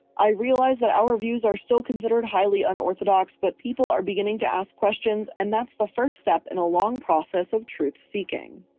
i realize that our views are still considered highly unorthodox but people are beginning to ask questions, and that's the first step in a long process of truth seeking.